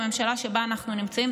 בממשלה שבה אנחנו נמצאים,